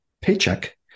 paycheck